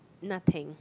nothing